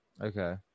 Okay